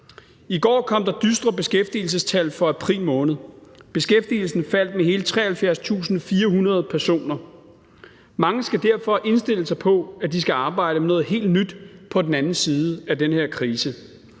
I går kom der dystre beskæftigelsestal for april måned: Beskæftigelsen faldt med hele 73.400 personer. Mange skal derfor indstille sig på, at de skal arbejde med noget helt nyt på den anden side af den her krise.